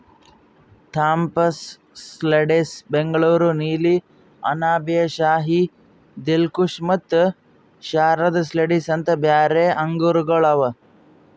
Thompson seedless, Bengaluru ನೀಲಿ, ಅನಾಬ್ ಎ ಶಾಹಿ, ದಿಲ್ಖುಷ ಮತ್ತ Sharad seedless ಅಂತ್ ಬ್ಯಾರೆ ಆಂಗೂರಗೊಳ್ ಅವಾ